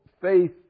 faith